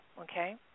okay